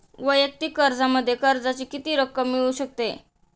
वैयक्तिक कर्जामध्ये कर्जाची किती रक्कम मिळू शकते?